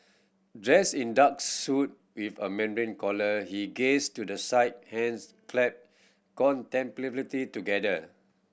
dressed in dark suit with a mandarin collar he gazed to the side hands clasped contemplatively together